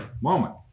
moment